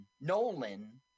Nolan